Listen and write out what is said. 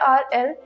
rl